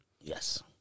Yes